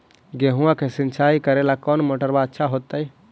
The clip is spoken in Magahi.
गेहुआ के सिंचाई करेला कौन मोटरबा अच्छा होतई?